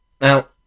Now